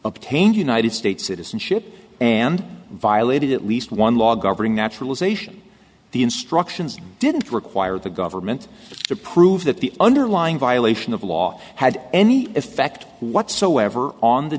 obtained united states citizenship and violated at least one law governing naturalization the instructions didn't require the government to prove that the underlying violation of law had any effect whatsoever on the